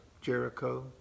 Jericho